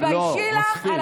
תתביישי לך, לא.